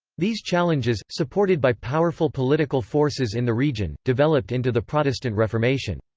these challenges, supported by powerful political forces in the region, developed into the protestant reformation.